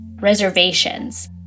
reservations